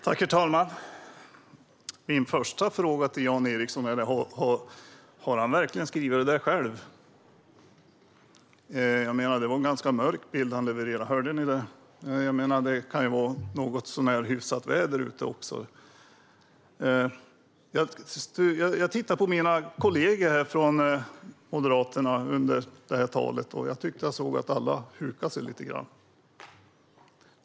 Herr talman! Min första fråga är: Har Jan Ericson verkligen skrivit det där själv? Det var en ganska mörk bild han levererade; hörde ni det? Det kan ju vara något så när hyfsat väder ute också. Jag tittade på dina kollegor från Moderaterna under ditt tal, och jag tyckte att alla hukade sig lite.